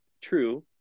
true